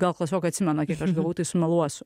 gal klasiokai atsimena kiek aš gavau tai sumeluosiu